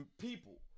People